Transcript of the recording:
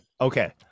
Okay